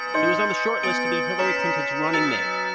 he was on the shortlist to be hillary clinton's running mate.